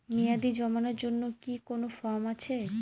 মেয়াদী জমানোর জন্য কি কোন ফর্ম আছে?